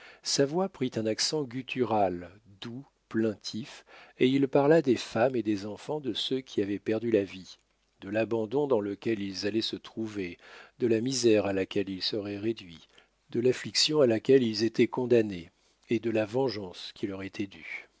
sa voix prit un accent guttural doux plaintif et il parla des femmes et des enfants de ceux qui avaient perdu la vie de l'abandon dans lequel ils allaient se trouver de la misère à laquelle ils seraient réduits de l'affliction à laquelle ils étaient condamnés et de la vengeance qui leur était due